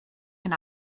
can